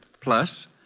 plus